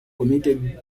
committed